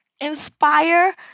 inspire